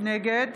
נגד